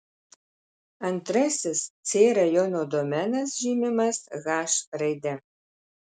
antrasis c rajono domenas žymimas h raide